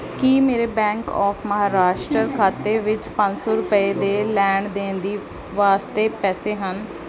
ਕੀ ਮੇਰੇ Bank of Maharashtra ਖਾਤੇ ਵਿੱਚ ਪੰਜ ਸੌ ਰੁਪਏ ਦੇ ਲੈਣ ਦੇਣ ਦੀ ਵਾਸਤੇ ਪੈਸੇ ਹਨ